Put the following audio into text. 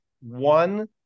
one